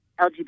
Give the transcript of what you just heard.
LGBT